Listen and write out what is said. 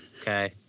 okay